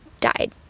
died